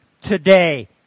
today